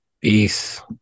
peace